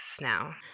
now